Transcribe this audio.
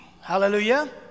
Hallelujah